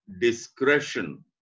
discretion